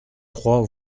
trois